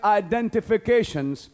identifications